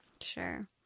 Sure